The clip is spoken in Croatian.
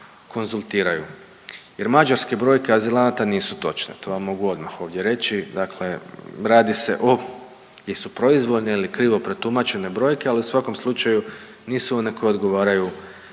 konzultiraju jer mađarski brojke azilanata nisu točne, to vam mogu odmah ovdje reći, dakle radi se o, jesu proizvoljni ili krivo protumačene brojke, ali u svakom slučaju nisu one koje odgovaraju